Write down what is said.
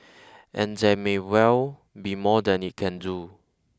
and there may well be more that it can do